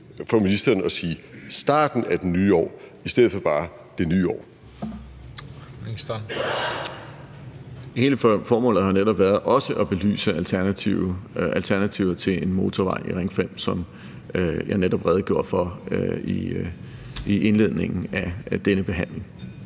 Ministeren. Kl. 12:51 Transportministeren (Benny Engelbrecht): Hele formålet har netop været også at belyse alternativer til en motorvej i Ring 5, hvilket jeg netop redegjorde for i indledningen af denne behandling.